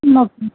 ம் ஓகே